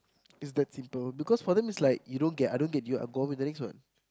is that simple because for them is like you don't get I don't get you I go on to the next one